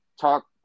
talk